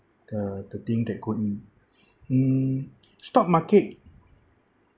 the the thing that go in mm stock market